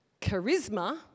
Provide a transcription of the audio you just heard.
Charisma